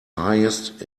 highest